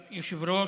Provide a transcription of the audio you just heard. מכובדי היושב-ראש,